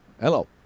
Hello